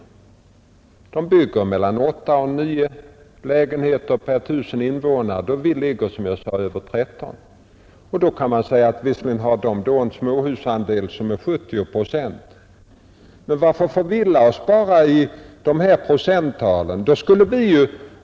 Man bygger mellan 8 och 9 lägenheter per 1 000 invånare, då vi ligger, som jag sade, över 13. Visserligen har Norge en småhusandel på 70 procent, men varför förirra oss bara i de här procenttalen?